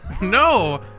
No